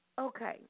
Okay